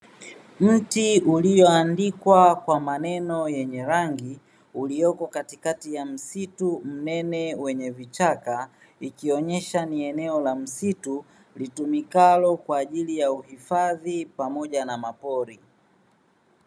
Mti ulioandikwa kwa maneno yenye rangi, uliopo katikati ya msitu mnene wenye vichaka; ikionyesha ni eneo la msitu, litumikalo kwa ajili ya uhifadhi pamoja na mapori.